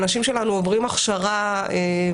על הכשרת עובדים.